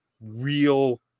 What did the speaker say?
real